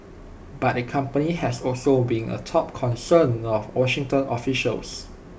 but the company has also been A top concern of Washington officials